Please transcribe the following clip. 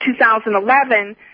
2011